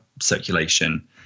circulation